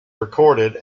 recorded